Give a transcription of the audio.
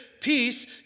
peace